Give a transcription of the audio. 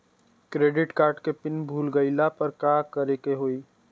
Credit card के PIN भूल गईला पर का करे के होई?